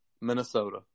Minnesota